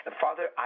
Father